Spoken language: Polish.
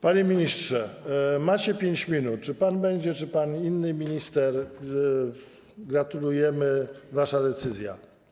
Panie ministrze, macie 5 minut, czy pan będzie, czy inny pan minister, gratulujemy, wasza decyzja.